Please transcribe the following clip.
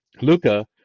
Luca